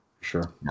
Sure